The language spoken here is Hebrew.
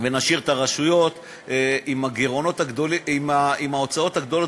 ונשאיר את הרשויות עם ההוצאות הגדולות,